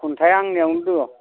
खुन्थाया आंनियावनो दं